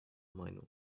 meinung